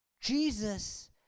Jesus